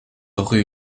rue